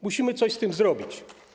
Musimy coś z tym zrobić.